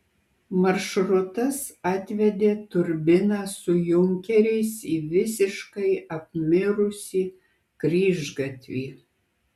maršrutas atvedė turbiną su junkeriais į visiškai apmirusį kryžgatvį